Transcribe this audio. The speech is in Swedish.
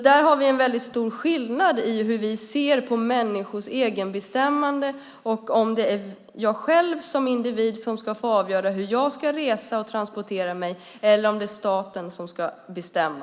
Där har vi en väldigt stor skillnad i hur vi ser på människors egenbestämmande och om det är jag själv som individ som ska få avgöra hur jag ska resa och transportera mig eller om det är staten som ska bestämma.